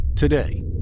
Today